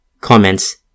Comments